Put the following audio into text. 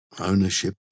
ownership